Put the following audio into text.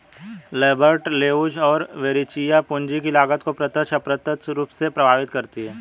Lambert, Leuz और Verrecchia, पूंजी की लागत को प्रत्यक्ष, अप्रत्यक्ष रूप से प्रभावित करती है